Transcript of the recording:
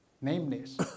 nameless